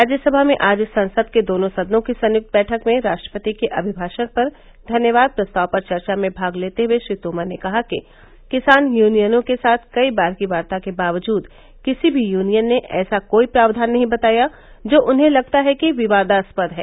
राज्यसभा में आज संसद के दोनों सदनों की संयुक्त बैठक में राष्ट्रपति के अभिमाषण पर धन्यवाद प्रस्ताव पर चर्चा में भाग लेते हुए श्री तोमर ने कहा कि किसान यूनियनों के साथ कई बार की वार्ता के बावजूद किसी भी यूनियन ने ऐसा कोई प्रावधान नहीं बताया जो उन्हें लगता है कि विवादास्पद है